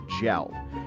Gel